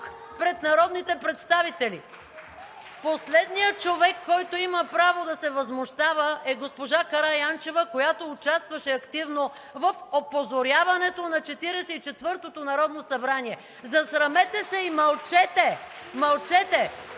ръкопляскания от ИСМВ.) Последният човек, който има право да се възмущава, е госпожа Караянчева, която участваше активно в опозоряването на 44-тото народно събрание. Засрамете се и мълчете!